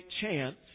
chance